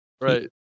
Right